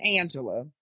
angela